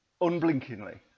Unblinkingly